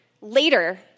later